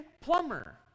plumber